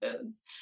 foods